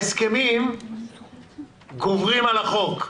ההסכמים גוברים על החוק.